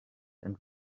and